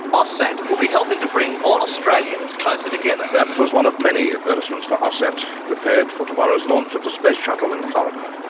aussat will be helping to bring all australians closer together. that was one of many advertisements for aussat prepared for tomorrow's launch of the space shuttle in florida.